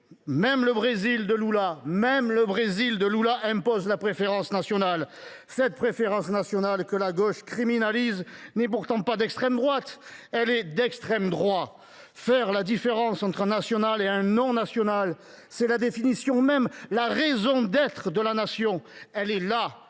même le Brésil de Lula !– impose la préférence nationale. Cette préférence nationale que la gauche française criminalise n’est pourtant pas d’extrême droite : elle est d’extrême droit ! Faire la différence entre un national et un non national, c’est la définition même – la raison d’être – de la nation. Elle est là,